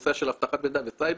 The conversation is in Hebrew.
נושא של אבטחת מידע וסייבר,